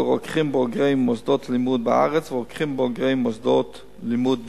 לרוקחים בוגרי מוסדות לימוד בארץ ורוקחים בוגרי מוסדות לימוד בחו"ל.